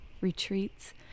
retreats